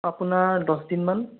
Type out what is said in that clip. আপোনাৰ দহদিন মান